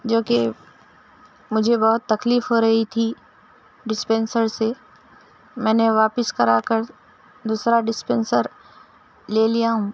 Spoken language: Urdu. جو کہ مجھے بہت تکلیف ہو رہی تھی ڈسپنسر سے میں نے واپس کرا کر دوسرا ڈسپنسر لے لیا ہوں